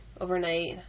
overnight